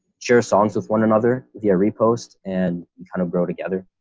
share songs with one another via repost and kind of grow together.